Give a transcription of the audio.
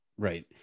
Right